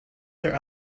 their